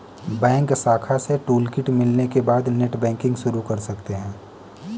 bank शाखा से toolkit मिलने के बाद नेटबैंकिंग शुरू कर सकते है